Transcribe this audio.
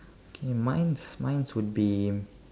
okay mine's mine's would be